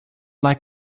like